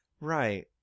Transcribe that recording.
Right